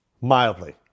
Mildly